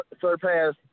surpass –